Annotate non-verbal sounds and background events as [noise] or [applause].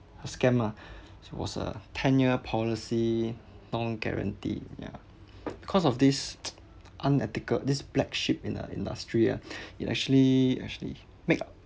a scammer actually was a ten year policy non-guarantee ya because of this [noise] unethical this black sheep in the industry ah [breath] it actually actually make